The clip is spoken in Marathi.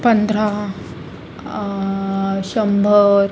पंधरा शंभर